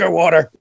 water